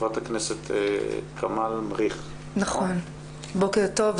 בוקר טוב,